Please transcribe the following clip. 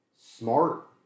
smart